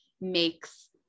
makes